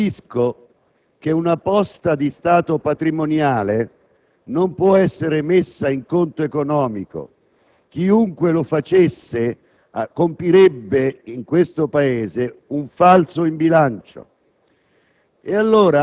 Ribadisco che una posta di stato patrimoniale non può essere messa in conto economico. Chiunque lo facesse compirebbe in questo Paese un falso in bilancio.